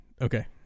Okay